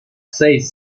safe